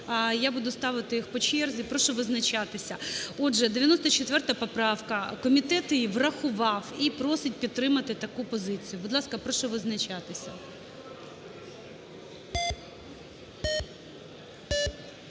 Я буду ставити їх по черзі, прошу визначатися. Отже, 94 поправка. Комітет її врахував і просить підтримати таку позицію. Будь ласка, прошу визначатися.